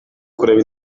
kureba